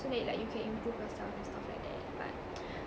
so that like you can improve yourself and stuff like that but